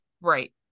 right